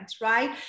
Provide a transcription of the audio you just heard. right